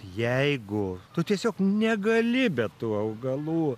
jeigu tu tiesiog negali be tų augalų